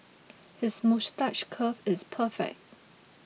his moustache curl is perfect